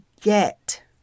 get